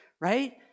right